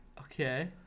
Okay